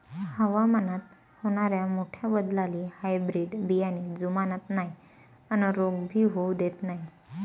हवामानात होनाऱ्या मोठ्या बदलाले हायब्रीड बियाने जुमानत नाय अन रोग भी होऊ देत नाय